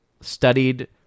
studied